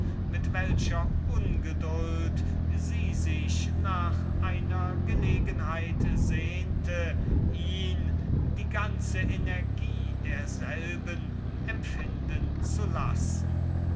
mit welcher ungeduld sie sich nach einer gelegenheit sehnte ihn die würkungen davon empfinden zu lassen